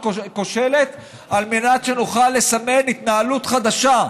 כושלת על מנת שנוכל לסמן התנהלות חדשה,